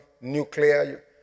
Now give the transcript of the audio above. nuclear